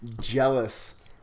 jealous